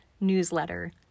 newsletter